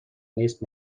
نیست